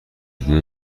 هدیه